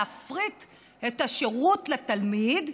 להפריט את השירות לתלמיד,